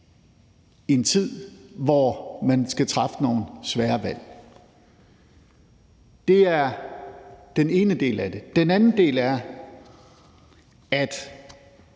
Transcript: i en tid, hvor man skal træffe nogle svære valg. Det er den ene del af det. Kl. 16:40 Den anden del er, at